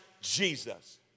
Jesus